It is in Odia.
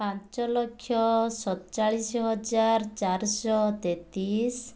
ପାଞ୍ଚଲକ୍ଷ ସତଚାଳିଶହଜାର ଚାରିଶହ ତେତିଶ